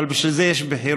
אבל בשביל זה יש בחירות,